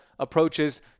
approaches